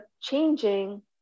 changing